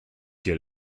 que